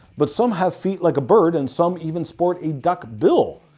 but some have feet like a bird and some even sport a duck bill,